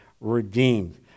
redeemed